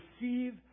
receive